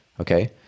okay